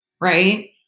Right